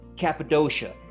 cappadocia